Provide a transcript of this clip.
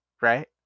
right